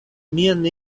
mian